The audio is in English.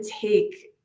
take